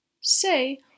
Say